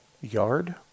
Yard